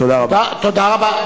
תודה רבה.